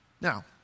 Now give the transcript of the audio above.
Now